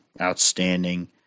outstanding